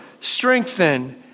strengthen